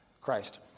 Christ